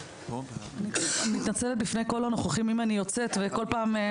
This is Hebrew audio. אני מתנצלת בפני כל הנוכחים אם אני יוצאת כל פעם,